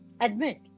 Admit